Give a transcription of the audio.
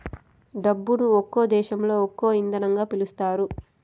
డబ్బును ఒక్కో దేశంలో ఒక్కో ఇదంగా పిలుత్తారు